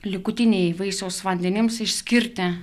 likutinei vaisiaus vandenims išskirti